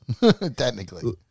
technically